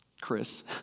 Chris